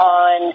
on